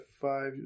five